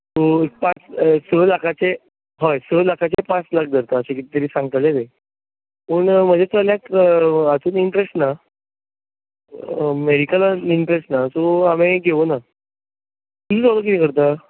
so पांच स लाखांचें हय स लाखांचे पांच लाख जाता अशें कितें तरी सांगतले ते पूण म्हज्या चल्याक हातून इंट्रस्ट ना मेडिकलान इंट्रस्ट ना सो हांवेन घेवूना तीं दोगां कितें करता